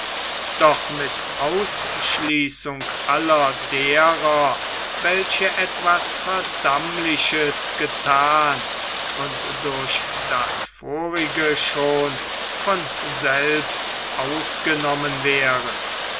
doch mit ausschließung aller derer welche etwas verdammliches gethan und durch das vorige schon von selbst ausgenommen wären